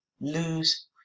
lose